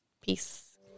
peace